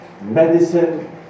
medicine